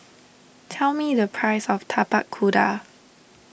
tell me the price of Tapak Kuda